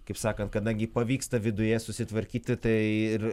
kaip sakant kadangi pavyksta viduje susitvarkyti tai ir